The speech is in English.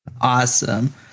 Awesome